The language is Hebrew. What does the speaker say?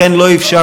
לכן לא אפשרתי,